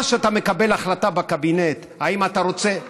מה שאתה מקבל החלטה בקבינט, האם אתה רוצה, להם